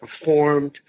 performed